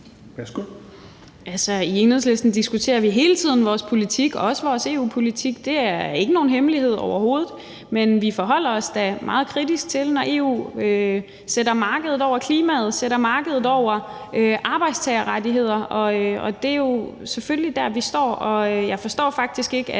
i Enhedslisten diskuterer vi hele tiden vores politik, også vores EU-politik. Det er overhovedet ikke nogen hemmelighed, men vi forholder os da meget kritisk til, når EU sætter markedet over klimaet og sætter markedet over arbejdstagerrettigheder. Det er selvfølgelig der, vi står, og jeg forstår faktisk ikke, at